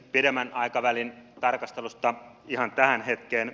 pidemmän aikavälin tarkastelusta ihan tähän hetkeen